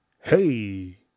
Hey